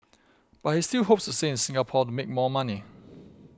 but he still hopes to stay in Singapore to make more money